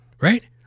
right